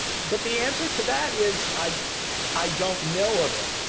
but the answer to that is, i i don't know of it.